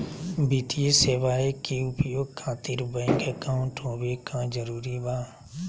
वित्तीय सेवाएं के उपयोग खातिर बैंक अकाउंट होबे का जरूरी बा?